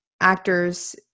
actors